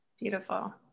Beautiful